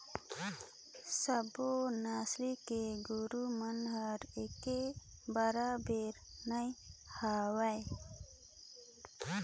सबो नसल के गोरु मन हर एके बरोबेर नई होय